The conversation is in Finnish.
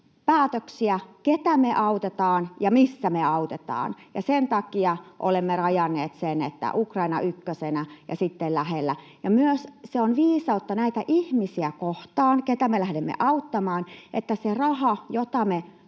päätöksiä, keitä me autetaan ja missä me autetaan. Sen takia olemme rajanneet sen, että Ukraina ykkösenä ja sitten lähellä. Se on myös viisautta näitä ihmisiä kohtaan, keitä me lähdemme auttamaan, että se raha, jota